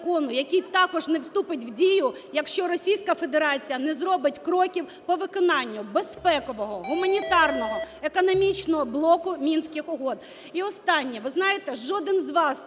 який також не вступить в дію, якщо Російська Федерація не зробить кроків по виконанню безпекового, гуманітарного, економічного блоку Мінських угод. І останнє. Ви знаєте, жоден з вас